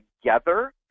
together